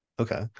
Okay